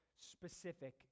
Specific